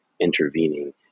intervening